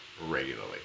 regularly